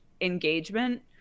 engagement